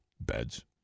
beds